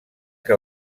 que